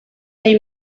they